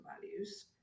values